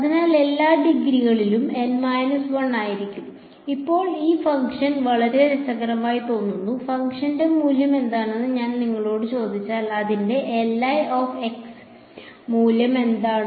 അതിനാൽ എല്ലാ ഡിഗ്രികളിലും N 1 ആയിരിക്കും ഇപ്പോൾ ഈ ഫംഗ്ഷൻ വളരെ രസകരമായി തോന്നുന്നു ഫംഗ്ഷന്റെ മൂല്യം എന്താണെന്ന് ഞാൻ നിങ്ങളോട് ചോദിച്ചാൽ അതിന്റെ മൂല്യം എന്താണ്